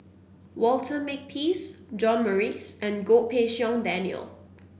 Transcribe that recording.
Walter Makepeace John Morrice and Goh Pei Siong Daniel